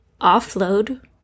offload